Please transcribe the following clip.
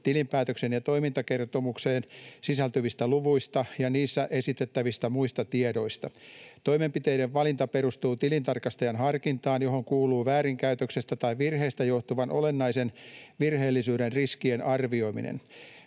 tilinpäätökseen ja toimintakertomukseen sisältyvistä luvuista ja niissä esitettävistä muista tiedoista. Toimenpiteiden valinta perustuu tilintarkastajan harkintaan, johon kuuluu väärinkäytöksestä tai virheistä johtuvan olennaisen virheellisyyden riskien arvioiminen.